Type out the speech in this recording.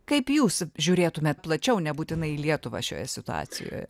kaip jūs žiūrėtumėt plačiau nebūtinai į lietuvą šioje situacijoje